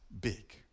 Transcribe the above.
big